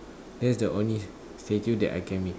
that's the only schedule that I can make it